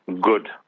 good